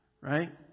Right